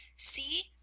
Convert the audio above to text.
see,